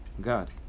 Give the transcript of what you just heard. God